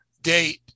date